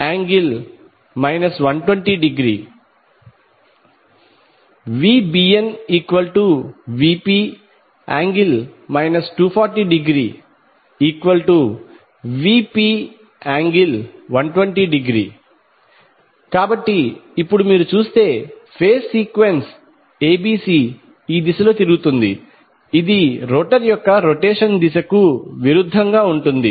VanVp∠0° VcnVp∠ 120° VbnVp∠ 240°Vp∠120° కాబట్టి ఇప్పుడు మీరు చూస్తే ఫేజ్ సీక్వెన్స్ ఎబిసి ఈ దిశలో తిరుగుతుంది ఇది రోటర్ యొక్క రొటేషన్ దిశకు విరుద్ధంగా ఉంటుంది